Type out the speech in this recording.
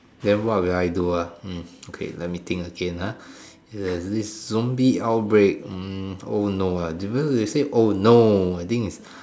then what will I do ah hmm okay let me think again ah if there's a zombie outbreak oh no even if they said oh no I think is